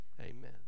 Amen